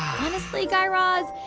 honestly, guy raz,